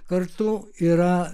kartu yra